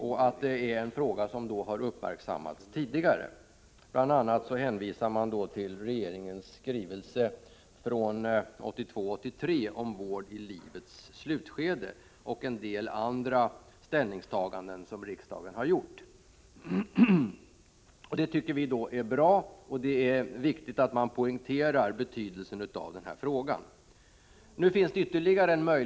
Bl.a. hänvisar utskottet till en regeringsskrivelse från 1982/83 om vård i livets slutskede och till en del andra ställningstaganden som riksdagen har gjort. Det tycker vi är bra — det är viktigt att man poängterar betydelsen av dessa frågor.